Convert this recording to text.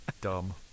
Dumb